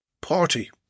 Party